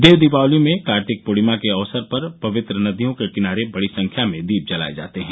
देव दीपावली में कार्तिक पूर्णिमा के अवसर पर पवित्र नदियों के किनारे बड़ी संख्या में दीप जलाये जाते हैं